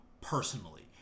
Personally